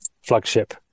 flagship